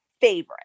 favorite